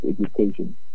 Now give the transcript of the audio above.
education